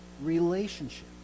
relationship